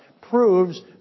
proves